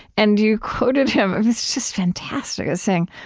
and you quoted him it was just fantastic as saying,